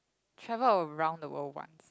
travel around the world once